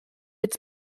its